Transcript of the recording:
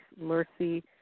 mercy